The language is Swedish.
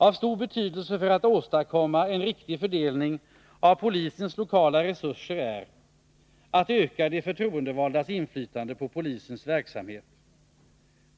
Av stor betydelse för att åstadkomma en riktig fördelning av polisens lokala resurser är att öka de förtroendevaldas inflytande för polisens verksamhet.